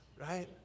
right